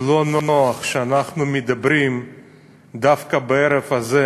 לא נוח שאנחנו מדברים דווקא בערב הזה,